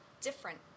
different